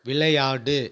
விளையாடு